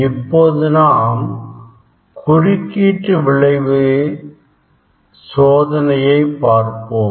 இப்போது நாம் குறுக்கீட்டு விளைவு சோதனையை பார்ப்போம்